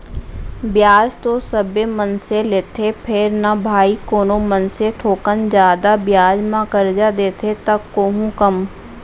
बियाज तो सबे मनसे लेथें फेर न भाई कोनो मनसे थोकन जादा बियाज म करजा देथे त कोहूँ कम